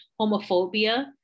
homophobia